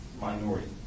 minority